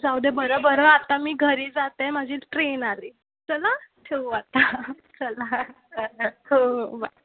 जाऊ दे बरं बरं आता मी घरी जाते माझी ट्रेन आली चल आं ठेवू आता चला हां हां हो हो बाय